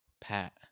Pat